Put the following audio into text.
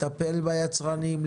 לטפל ביצרנים,